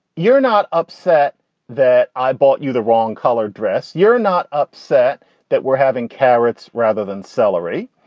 you're not upset that i bought you the wrong colored dress. you're not upset that we're having carrots rather than celery.